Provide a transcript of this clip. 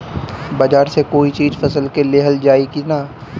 बाजार से कोई चीज फसल के लिहल जाई किना?